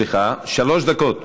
צריכה להיות במליאה.